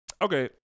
okay